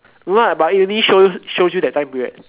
no lah but it only shows shows you that time period